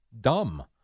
dumb